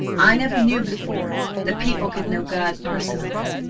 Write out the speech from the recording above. i never knew before that people could know god personally,